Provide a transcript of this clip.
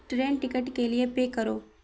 train ticket کے لیے pay کرو